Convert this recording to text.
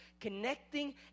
connecting